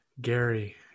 Gary